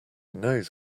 knows